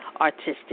Artistic